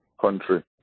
country